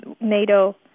NATO